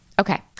Okay